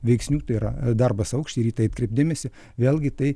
veiksnių tai yra darbas aukšty tai atkreipt dėmesį vėlgi tai